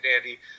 dandy